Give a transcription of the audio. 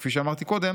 וכפי שאמרתי קודם